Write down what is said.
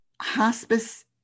hospice